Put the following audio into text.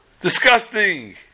Disgusting